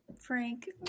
Frank